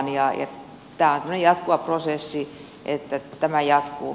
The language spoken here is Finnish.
tämä on tämmöinen jatkuva prosessi tämä jatkuu